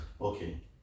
Okay